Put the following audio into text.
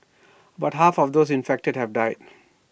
about half of those infected have died